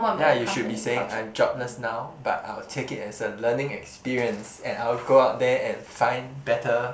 ya you should be saying I'm jobless now but I'll take it as a learning experience and I'll go out there and find better